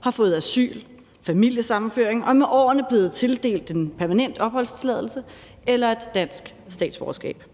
har fået asyl, familiesammenføring og er med årene blevet tildelt en permanent opholdstilladelse eller et dansk statsborgerskab.